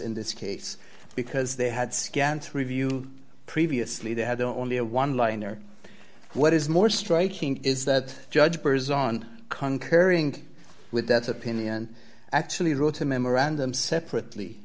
in this case because they had scant review previously they had only a one liner what is more striking is that judge bers on conquering with that opinion actually wrote a memorandum separately